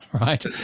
right